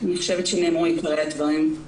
אני חושבת שנאמרו עיקרי הדברים.